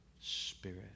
Spirit